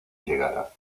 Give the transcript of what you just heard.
llegara